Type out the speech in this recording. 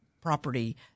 property